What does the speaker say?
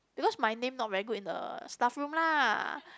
because my name not very good in the staff room lah